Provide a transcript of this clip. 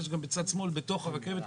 יש גם בצד שמאל בתוך הרכבת,